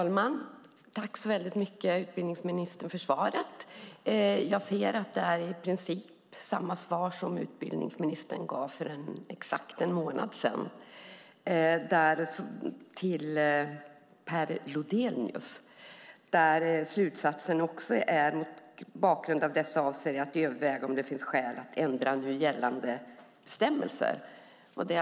Herr talman! Jag tackar utbildningsministern för svaret. Jag ser att det i princip är samma svar som utbildningsministern gav Per Lodenius på en skriftlig fråga för exakt en månad sedan. Slutsatsen var även där: "Mot bakgrund av detta avser jag att överväga om det finns skäl att ändra nu gällande bestämmelser."